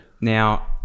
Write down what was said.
now